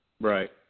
Right